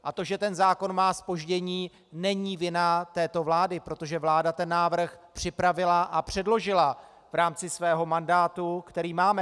A to, že ten zákon má zpoždění, není vina této vlády, protože vláda ten návrh připravila a předložila v rámci svého mandátu, který máme.